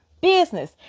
business